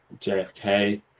jfk